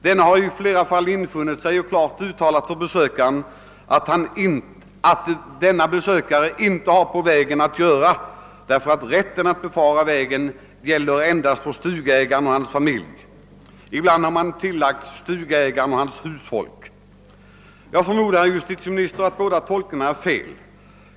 Denne har i flera fall infunnit sig och klart uttalat för besökaren att han inte har på vägen att göra, därför att rätten att befara vägen endast gäller för stugägaren och hans familj. Ibland har man sagt »stugägaren och hans husfolk». Jag förmodar, herr justitieminister, att båda tolkningarna är fel.